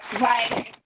right